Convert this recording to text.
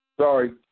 Sorry